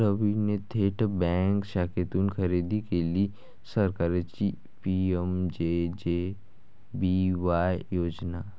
रवीने थेट बँक शाखेतून खरेदी केली सरकारची पी.एम.जे.जे.बी.वाय योजना